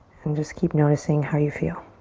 and just keep noticing how you feel.